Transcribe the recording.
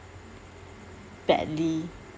badly